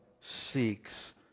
seeks